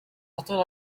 هطل